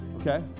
okay